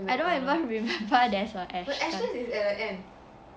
I don't remember there is a Astons